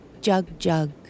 jug-jug